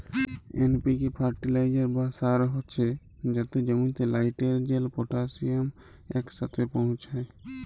NPK fertiliser বা সার হছে যাতে জমিতে লাইটেরজেল, পটাশিয়াম ইকসাথে পৌঁছায়